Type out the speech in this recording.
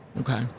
Okay